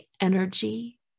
energy